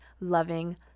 loving